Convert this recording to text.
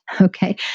Okay